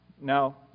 Now